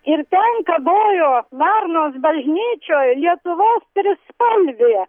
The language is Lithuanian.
ir ten kabojo varnos bažnyčioj lietuvos trispalvė